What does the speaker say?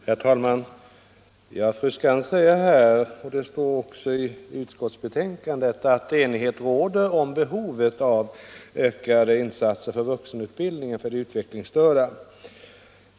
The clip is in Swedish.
Herr talman! Fru Skantz säger här, och det står även i utskottsbetänkandet, att enighet råder om behovet av ökade insatser till vuxenutbildning för de utvecklingsstörda.